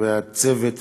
והצוות,